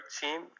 team